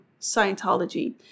Scientology